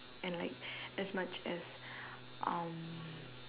and like as much as um